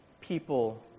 people